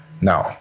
Now